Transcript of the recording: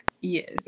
Yes